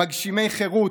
מגשימי חרות,